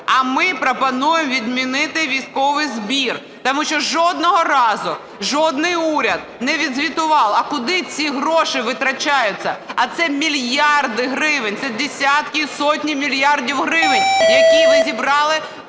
а ми пропонуємо відмінити військовий збір. Тому що жодного разу жоден уряд не відзвітував, куди ці гроші витрачаються, а це мільярди гривень, це десятки і сотні мільярдів гривень, які ви зібрали